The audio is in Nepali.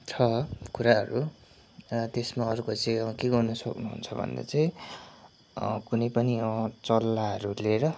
छ कुराहरू र त्यसमा अर्को चाहिँ के गर्नु सक्नुहुन्छ भन्दा चाहिँ कुनै पनि चल्लाहरू लिएर